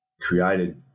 created